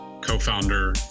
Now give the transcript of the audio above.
co-founder